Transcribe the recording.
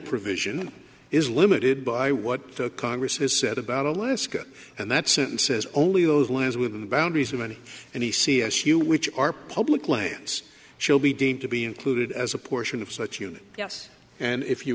provision is limited by what the congress has said about alaska and that sentence says only those lands within the boundaries of any and he c s u which are public lands shall be deemed to be included as a portion of such unit yes and if you